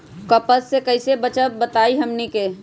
कपस से कईसे बचब बताई हमनी के?